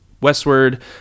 westward